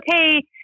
okay